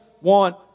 want